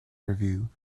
review